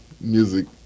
music